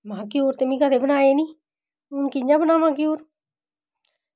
में हा घ्यूर ते में कदें बनाये निं हून कि'यां बनावां घ्यूर